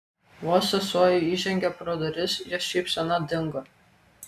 vos sesuo įžengė pro duris jos šypsena dingo